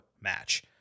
match